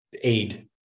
aid